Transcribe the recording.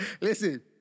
Listen